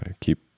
keep